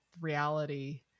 reality